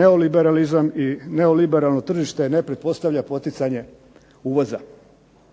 neoliberalizam i neoliberalno tržište ne pretpostavlja poticanje uvoza.